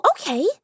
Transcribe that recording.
okay